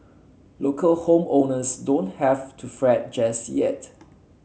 local home owners don't have to fret just yet